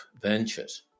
ventures